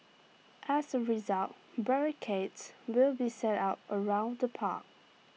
as A result barricades will be set up around the park